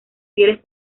fieles